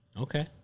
Okay